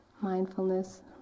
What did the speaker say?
Mindfulness